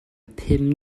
pum